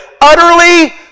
utterly